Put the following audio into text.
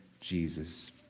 Jesus